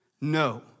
No